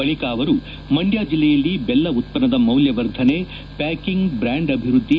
ಬಳಿಕ ಅವರು ಮಂಡ್ಯ ಜಿಲ್ಲೆಯಲ್ಲಿ ಬೆಲ್ಲ ಉತ್ತನ್ನದ ಮೌಲ್ಯವರ್ಧನೆ ಪ್ಯಾಕಿಂಗ್ ಬ್ರಾಂಡ್ ಅಭಿವೃದ್ಲಿ